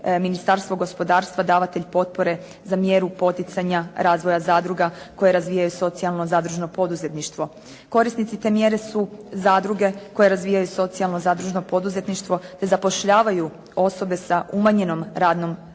Ministarstvo gospodarstva davatelj potpore za mjeru poticanja razvoja zadruga koje razvijaju socijalno zadružno poduzetništvo. Korisnici te mjere su zadruge koje razvijaju socijalno zadružno poduzetništvo, te zapošljavaju osobe sa umanjenom radnom